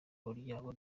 umuryango